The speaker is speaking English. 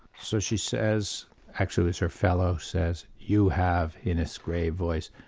so she says, actually it's her fellow says, you have, in this grave voice,